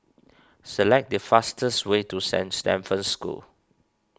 select the fastest way to Saint Stephen's School